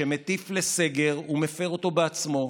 שמטיף לסגר ומפר אותו בעצמו,